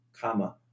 comma